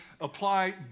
apply